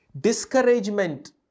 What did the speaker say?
Discouragement